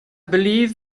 believe